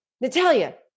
Natalia